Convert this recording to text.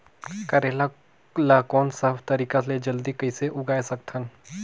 करेला ला कोन सा तरीका ले जल्दी कइसे उगाय सकथन?